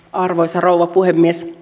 arvoisa rouva puhemies